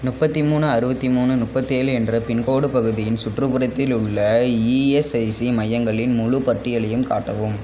முப்பத்தி மூணு அறுபத்தி மூணு முப்பத்தேழு என்ற பின்கோடு பகுதியின் சுற்றுப்புறத்தில் உள்ள இஎஸ்ஐசி மையங்களின் முழுப் பட்டியலையும் காட்டவும்